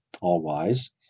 all-wise